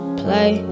play